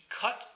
cut